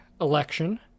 election